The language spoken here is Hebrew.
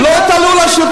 תתחילו לדבר